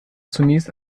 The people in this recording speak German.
zunächst